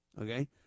okay